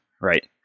Right